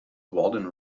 walden